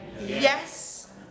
yes